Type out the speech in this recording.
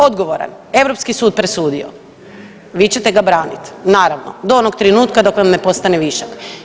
Odgovoran europski sud presudio, vi ćete ga branit, naravno do onog trenutka dok vam ne postane višak.